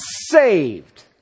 saved